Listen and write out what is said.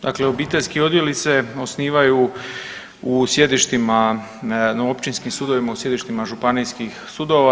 Dakle obiteljski odjeli se osnivaju u sjedištima na općinskim sudovima u sjedištima županijskih sudova.